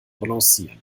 balancieren